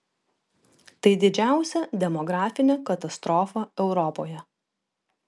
tai didžiausia demografinė katastrofa europoje